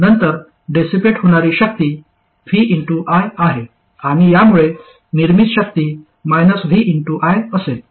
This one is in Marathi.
नंतर डेसीपेट होणारी शक्ती V I आहे आणि यामुळे निर्मीत शक्ती V I असेल